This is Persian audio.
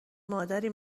مادری